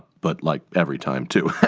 but, like every time, too.